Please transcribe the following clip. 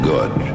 Good